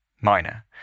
Minor